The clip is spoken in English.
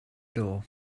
door